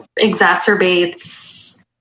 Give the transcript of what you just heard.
exacerbates